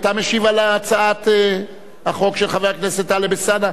אתה משיב על הצעת החוק של חבר הכנסת טלב אלסאנע?